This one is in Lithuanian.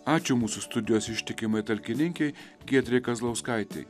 ačiū mūsų studijos ištikimai talkininkei giedrei kazlauskaitei